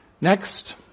Next